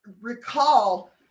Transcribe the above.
recall